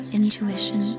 intuition